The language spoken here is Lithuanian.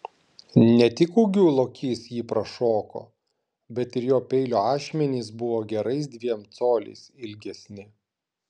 ne tik ūgiu lokys jį prašoko bet ir jo peilio ašmenys buvo gerais dviem coliais ilgesni